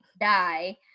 die